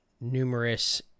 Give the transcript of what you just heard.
numerous